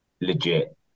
legit